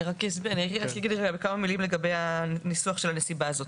אגיד כמה מילים לגבי הניסוח של הנסיבה הזאת.